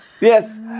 Yes